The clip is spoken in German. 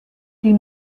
die